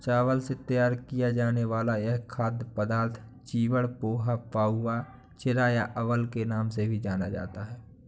चावल से तैयार किया जाने वाला यह खाद्य पदार्थ चिवड़ा, पोहा, पाउवा, चिरा या अवल के नाम से भी जाना जाता है